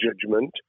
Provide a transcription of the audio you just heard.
judgment